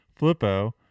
Flippo